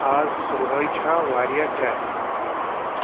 آز صُبحٲے چھا واریاہ ٹرٮ۪فِک